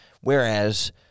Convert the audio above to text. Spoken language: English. whereas